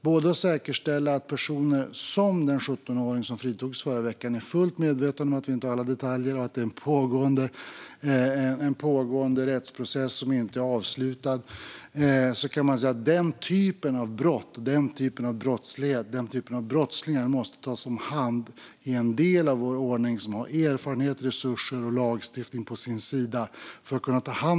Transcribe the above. Ett syfte är att säkerställa att brottslingar som den 17-åring som fritogs förra veckan - jag är fullt medveten om att vi inte har alla detaljer och att det är en pågående rättsprocess - måste tas om hand av en del av vår ordning som har erfarenhet, resurser och lagstiftning på sin sida.